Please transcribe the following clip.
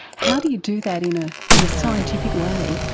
how do you do that in ah in a scientific way?